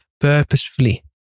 purposefully